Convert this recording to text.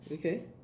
okay